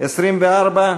24?